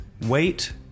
wait